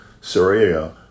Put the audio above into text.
Syria